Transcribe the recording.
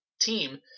team